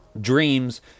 dreams